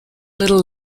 little